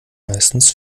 meistens